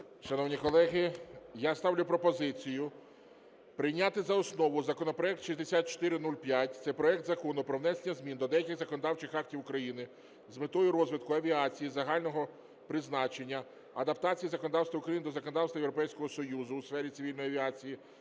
Шановні колеги, я ставлю пропозицію прийняти за основу законопроект 6405. Це проект Закону про внесення змін до деяких законодавчих актів України з метою розвитку авіації загального призначення, адаптації законодавства України до законодавства Європейського Союзу у сфері цивільної авіації,